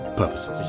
purposes